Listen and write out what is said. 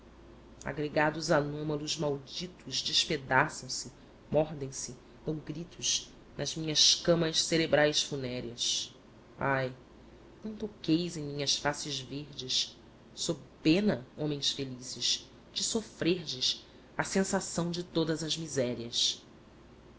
agregados anômalos malditos despedaçam se mordem se dão gritos nas minhas camas cerebrais funéreas ai não toqueis em minhas faces verdes sob pena homens felizes de sofrerdes a sensação de todas as misérias